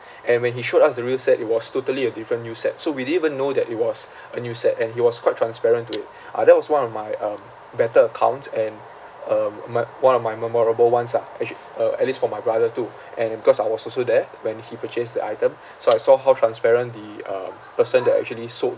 and when he showed us the real set it was totally a different new set so we didn't even know that it was a new set and he was quite transparent to it ah that was one of my um better account and um my one of my memorable ones ah actually uh at least for my brother too and then because I was also there when he purchased the item so I saw how transparent the um person that actually sold